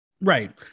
right